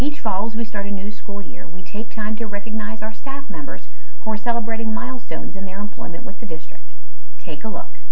each fall to start a new school year we take time to recognize our staff members who are celebrating milestones in their employment with the district take a look